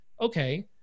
okay